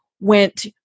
went